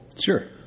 Sure